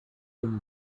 him